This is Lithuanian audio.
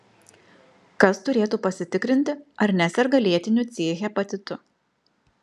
kas turėtų pasitikrinti ar neserga lėtiniu c hepatitu